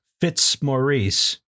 Fitzmaurice